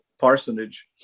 Parsonage